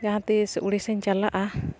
ᱡᱟᱦᱟᱸ ᱛᱤᱥ ᱩᱲᱤᱥᱥᱟᱧ ᱪᱟᱞᱟᱜᱼᱟ